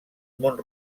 mont